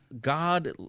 God